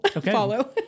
follow